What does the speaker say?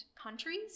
countries